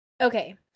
okay